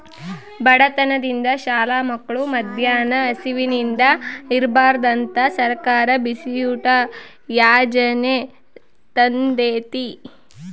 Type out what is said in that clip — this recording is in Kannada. ಬಡತನದಿಂದ ಶಾಲೆ ಮಕ್ಳು ಮದ್ಯಾನ ಹಸಿವಿಂದ ಇರ್ಬಾರ್ದಂತ ಸರ್ಕಾರ ಬಿಸಿಯೂಟ ಯಾಜನೆ ತಂದೇತಿ